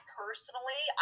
personally